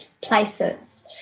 places